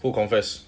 who confess